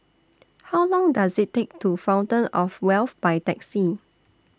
How Long Does IT Take to Fountain of Wealth By Taxi